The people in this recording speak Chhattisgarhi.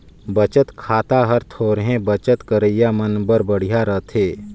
बचत खाता हर थोरहें बचत करइया मन बर बड़िहा रथे